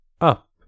up